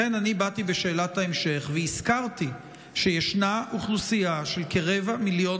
לכן באתי בשאלת ההמשך והזכרתי שיש אוכלוסייה של מיליון